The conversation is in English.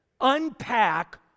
unpack